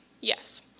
Yes